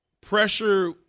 pressure